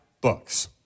books